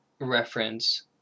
reference